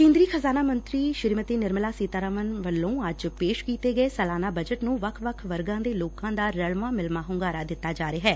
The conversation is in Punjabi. ਕੇਂਦਰੀ ਖਜਾਨਾ ਮੰਤਰੀ ਨਿਰਮਲਾ ਸਿਤਾਰਮਨ ਵਲੋਂ ਅੱਜ ਪੇਸ਼ ਕੀਤੇ ਗਏ ਸਲਾਨਾ ਬੱਜਟ ਨੁੰ ਵੱਖ ਵੱਖ ਵਰਗਾਂ ਦੇ ਲੋਕਾਂ ਦਾ ਰਲਵਾਂ ਮਿਲਵਾਂ ਹੂੰਗਾਰਾ ਦਿੱਡਾ ਜਾ ਰਿਹੈ